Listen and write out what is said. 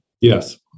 Yes